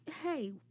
hey